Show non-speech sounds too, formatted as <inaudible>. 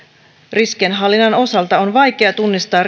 riskienhallinnan osalta riskejä on vaikea tunnistaa <unintelligible>